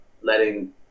letting